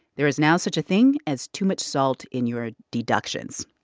there is now such a thing as too much salt in your deductions.